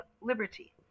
liberty